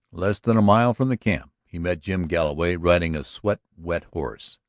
less than a mile from the camp he met jim galloway riding a sweat-wet horse.